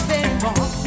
anymore